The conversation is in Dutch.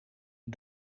het